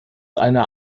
einer